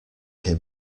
him